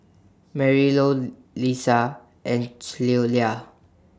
Marylou Lisha and Cleola